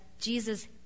Jesus